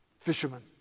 Fisherman